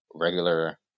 regular